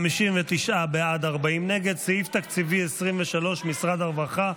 בעד, 59, נגד, 40. סעיף תקציבי 23, משרד הרווחה,